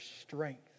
strength